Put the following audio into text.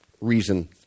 reason